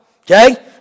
Okay